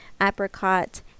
apricot